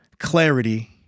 clarity